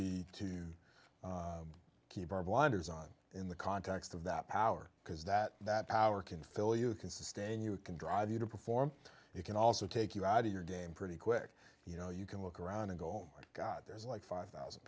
be to keep our blinders on in the context of that power because that that power can fill you can sustain you can drive you to perform you can also take you out of your day and pretty quick you know you can look around and go on god there's like five thousand